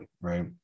right